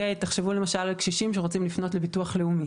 תחשבו למשל על קשישים שרוצים לפנות לביטוח לאומי.